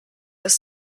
ist